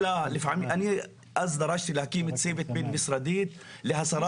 אני אז דרשתי להקים צוות בין-משרדי להסרת